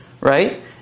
right